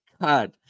God